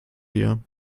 dir